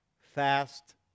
fast